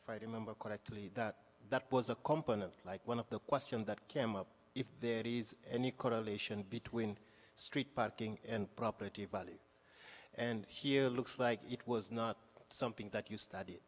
i remember correctly that that was a company like one of the question that came up if there is any correlation between street parking and property body and here looks like it was not something that you stud